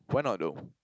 why not though